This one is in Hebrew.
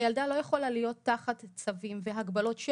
הילדה לא יכולה להיות תחת צווים והגבלות של